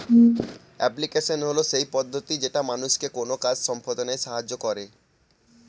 application হল সেই পদ্ধতি যেটা মানুষকে কোনো কাজ সম্পদনায় সাহায্য করে